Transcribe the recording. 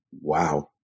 wow